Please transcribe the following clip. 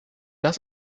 das